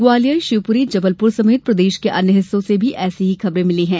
ग्वालियर शिवपुरी जबलपुर समेत प्रदेश के अन्य हिस्सों से भी ऐसी ही खबरें मिली है